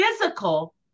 physical